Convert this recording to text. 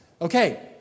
Okay